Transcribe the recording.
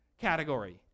category